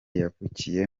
yavukiye